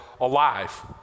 alive